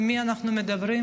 עם מי אנחנו מדברים?